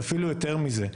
ואפילו יותר מזה,